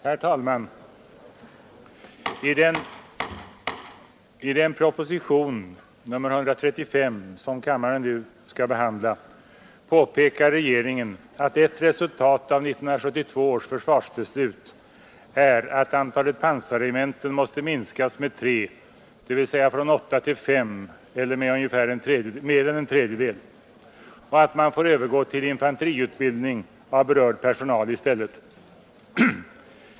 Herr talman! I propositionen nr 135 som kammaren nu skall behandla påpekar regeringen, att ett resultat av 1972 års försvarsbeslut är, att antalet pansarregementen måste minskas med tre, dvs. från åtta till fem, eller med mer än en tredjedel, och att man får övergå till infanteriutbildning av berörd personal i stället.